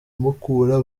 mukura